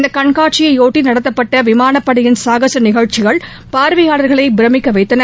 இந்த கண்காட்சியையொட்டி நடத்தப்பட்ட விமானப்படையின் சாகச நிகழ்ச்சிகள் பார்வையாளர்களை பிரமிக்க வைத்தன